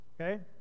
Okay